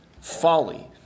folly